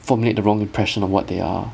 formulate the wrong impression of what they are